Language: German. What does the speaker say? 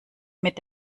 mit